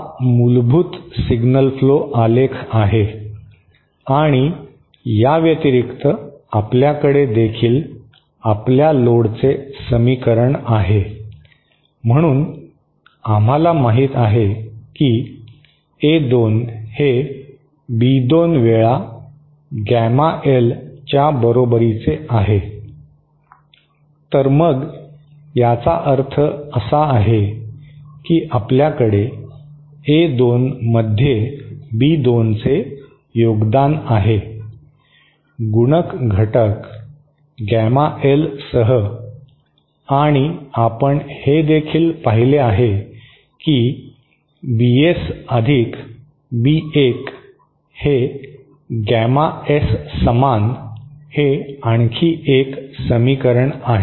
हा मूलभूत signal flow आलेख आहे आणि या व्यतिरिक्त आपल्याकडे देखील आपल्या लोडचे समीकरण आहे म्हणून आम्हाला माहित आहे की ए 2 हे बी 2 वेळा गॅमा एल च्या बरोबरीचे आहे तर मग याचा अर्थ असा आहे की आपल्याकडे ए 2 मध्ये बी 2 चे योगदान आहे गुणक घटक गॅमा एल सह आणि आपण हे देखील पाहिले आहे की बी एस अधिक बी 1 हे गॅमा एस समान हे आणखी एक समीकरण आहे